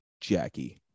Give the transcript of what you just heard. Jackie